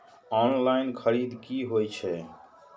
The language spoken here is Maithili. ऑनलाईन खरीद की होए छै?